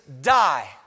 die